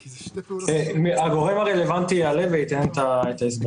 הגורם הרלוונטי יעלה וייתן את ההסבר,